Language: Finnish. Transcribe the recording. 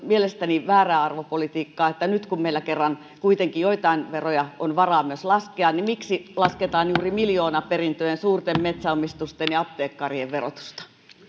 mielestäni väärää arvopolitiikkaa että nyt kun meillä kerran kuitenkin joitain veroja on varaa myös laskea niin miksi lasketaan juuri miljoonaperintöjen suurten metsäomistusten ja apteekkarien verotusta